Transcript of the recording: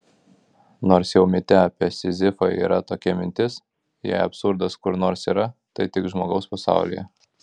nors jau mite apie sizifą yra tokia mintis jei absurdas kur nors yra tai tik žmogaus pasaulyje